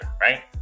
right